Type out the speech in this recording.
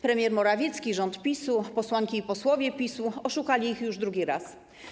Premier Morawiecki, rząd PiS-u, posłanki i posłowie PiS-u oszukali ich już drugi raz.